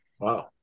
Wow